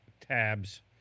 tabs